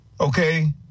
Okay